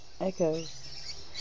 echoes